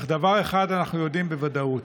אך דבר אחד אנחנו יודעים בוודאות: